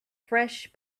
fresh